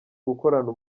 gukorana